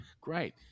great